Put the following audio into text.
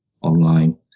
online